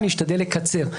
אני אשתדל לקצר.